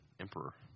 emperor